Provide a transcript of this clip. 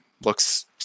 Looks